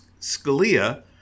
Scalia